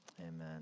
Amen